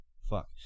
fuck